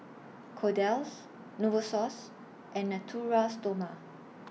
Kordel's Novosource and Natura Stoma